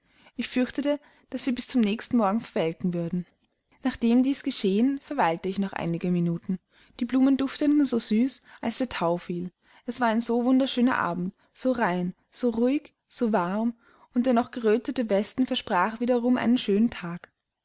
ich fürchtete daß sie bis zum nächsten morgen verwelken würden nachdem dies geschehen verweilte ich noch einige minuten die blumen dufteten so süß als der thau fiel es war ein so wunderschöner abend so rein so ruhig so warm und der noch gerötete westen versprach wiederum einen schönen tag